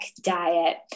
diet